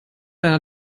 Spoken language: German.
einer